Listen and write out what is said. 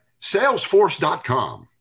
salesforce.com